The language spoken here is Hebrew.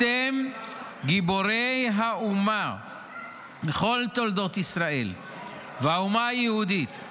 אתם גיבורי האומה בכל תולדות ישראל והאומה היהודית,